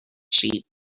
sheep